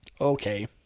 okay